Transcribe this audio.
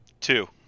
two